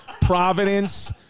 providence